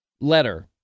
letter